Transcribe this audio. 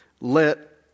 let